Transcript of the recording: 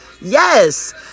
Yes